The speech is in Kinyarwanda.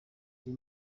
uyu